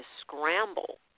scramble